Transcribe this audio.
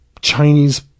Chinese